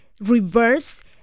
reverse